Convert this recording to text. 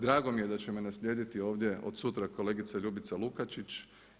Drago mi je da će me naslijediti ovdje od sutra kolegica Ljubica Lukačić.